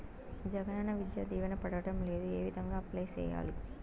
జగనన్న విద్యా దీవెన పడడం లేదు ఏ విధంగా అప్లై సేయాలి